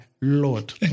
lord